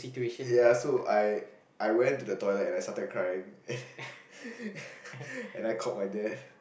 ya so I I went to the toilet and I started crying and I called my dad